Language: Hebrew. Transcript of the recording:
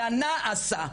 אלא נעשה,